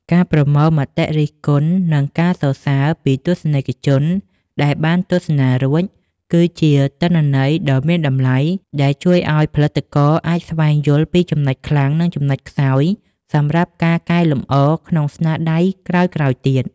ការប្រមូលមតិរិះគន់ និងការសរសើរពីទស្សនិកជនដែលបានទស្សនារួច គឺជាទិន្នន័យដ៏មានតម្លៃដែលជួយឱ្យផលិតករអាចស្វែងយល់ពីចំណុចខ្លាំង និងចំណុចខ្សោយសម្រាប់ការកែលម្អក្នុងស្នាដៃក្រោយៗទៀត។